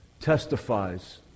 testifies